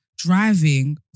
driving